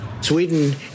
Sweden